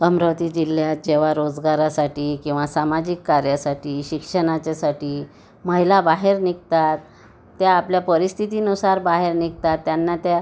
अमरावती जिल्ह्यात जेव्हा रोजगारासाठी किंवा सामाजिक कार्यासाठी शिक्षणाच्यासाठी महिला बाहेर निघतात त्या आपल्या परिस्थितीनुसार बाहेर निघतात त्यांना त्या